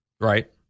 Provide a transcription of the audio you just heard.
Right